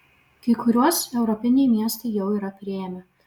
kai kuriuos europiniai miestai jau yra priėmę